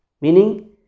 Meaning